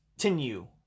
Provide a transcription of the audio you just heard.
continue